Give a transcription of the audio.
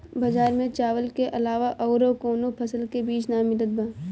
बजार में चावल के अलावा अउर कौनो फसल के बीज ना मिलत बा